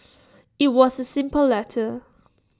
IT was A simple letter